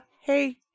hey